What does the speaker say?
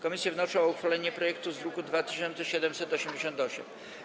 Komisje wnoszą o uchwalenie projektu ustawy z druku nr 2788.